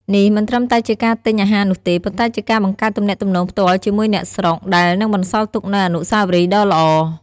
នេះមិនត្រឹមតែជាការទិញអាហារនោះទេ ប៉ុន្តែជាការបង្កើតទំនាក់ទំនងផ្ទាល់ជាមួយអ្នកស្រុក ដែលនឹងបន្សល់ទុកនូវអនុស្សាវរីយ៍ដ៏ល្អ។